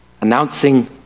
announcing